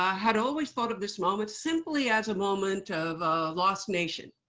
ah had always thought of this moment simply as a moment of lost nation.